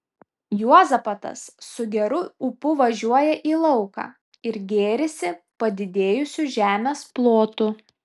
juozapatas su geru ūpu važiuoja į lauką ir gėrisi padidėjusiu žemės plotu